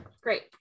great